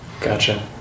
Gotcha